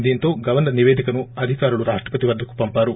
దీంతో governor నివేదికను అధికారులు రాష్టపతి వద్గకు పంపారు